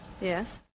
Yes